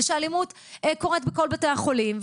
ושאלימות קורית בכל בתי החולים,